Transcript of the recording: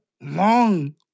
long